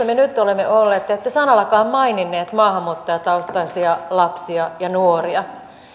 me nyt olemme olleet te ette sanallakaan maininnut maahanmuuttajataustaisia lapsia ja nuoria